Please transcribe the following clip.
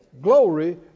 Glory